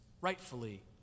rightfully